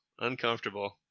uncomfortable